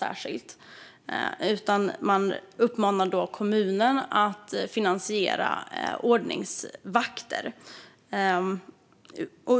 I stället uppmanar man kommunen att finansiera ordningsvakter.